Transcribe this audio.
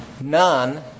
none